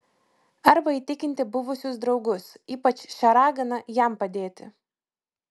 arba įtikinti buvusius draugus ypač šią raganą jam padėti